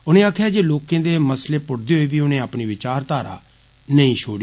उनें आक्खेआ जे लोकें दे मसलें पुट्टदे होई बी उनें अपनी विचारधारा नेंई छोड़ी